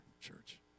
church